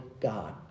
God